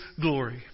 glory